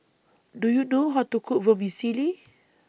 Do YOU know How to Cook Vermicelli